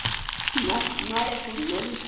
नुआढ़ै कुड़ी होई दी